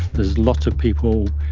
there's lots of people,